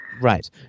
right